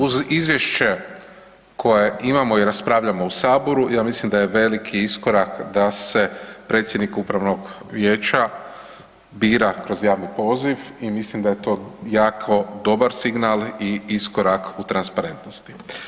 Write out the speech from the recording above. Uz Izvješće koje imamo i raspravljamo u Saboru ja mislim da je veliki iskorak da se predsjednik Upravnog vijeća bira kroz javni poziv i mislim da je to jako dobar signal i iskorak u transparentnosti.